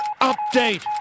update